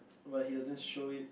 but he doesn't show it